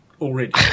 already